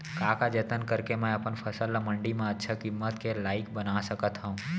का का जतन करके मैं अपन फसल ला मण्डी मा अच्छा किम्मत के लाइक बना सकत हव?